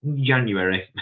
january